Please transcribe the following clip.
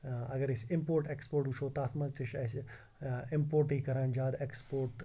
اَگر أسۍ import export وٕچھو تَتھ مَنٛز تہِ چھِ اَسہِ اِمپوٹٕے کَران ز زیادٕ اٮ۪کٕسپوٹ